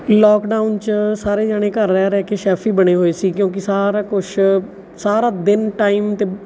lockdown 'ਚ ਸਾਰੇ ਜਣੇ ਘਰ ਰਹਿ ਰਹਿ ਕੇ ਸ਼ੈਫ ਹੀ ਬਣੇ ਹੋਏ ਸੀ ਕਿਉਂਕਿ ਸਾਰਾ ਕੁਛ ਸਾਰਾ ਦਿਨ ਟਾਈਮ ਤਾਂ